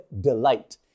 delight